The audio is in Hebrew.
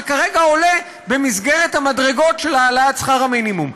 שכרגע עולה במסגרת המדרגות של העלאת שכר המינימום.